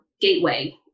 gateway